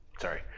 sorry